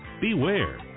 beware